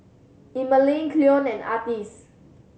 Emmaline Cleon and Artis